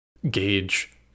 gauge